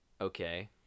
Okay